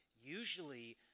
Usually